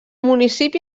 municipi